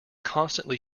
constantly